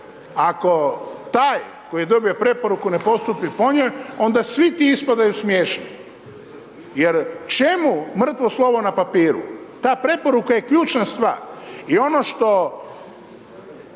ako taj koji je dobio preporuku ne postupi po njoj, onda svi ti ispadaju smiješni jer čemu mrtvo slovo na papiru, ta preporuka je ključna stvar. I ono što